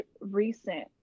recent